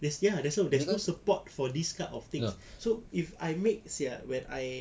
there's ya there's no support for this kind of things so if I make you see eh when I